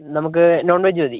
നമുക്ക് നോൺവെജ് മതി